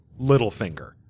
Littlefinger